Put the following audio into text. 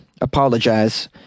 apologize